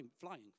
flying